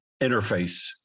interface